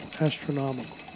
astronomical